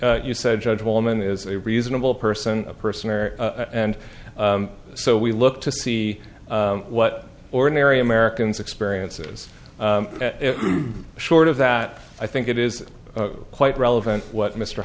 as you said judge woman is a reasonable person a person or and so we look to see what ordinary americans experiences short of that i think it is quite relevant what mr